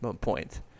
point